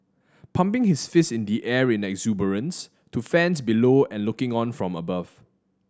pumping his fist in the air in exuberance to fans below and looking on from above